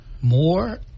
more